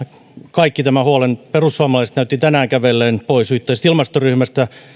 kaikki tämän huolen perussuomalaiset näytti tänään kävelleen pois yhteisestä ilmastoryhmästä